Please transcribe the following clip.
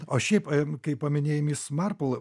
o šiaip kai paminėjai mis marpl